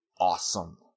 awesome